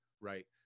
right